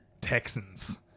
Texans